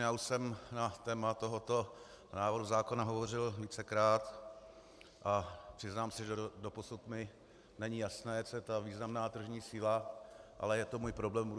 Už jsem na téma tohoto návrhu zákona hovořil vícekrát a přiznám se, že doposud mi není jasné, co je významná tržní síla, ale to můj problém.